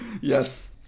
Yes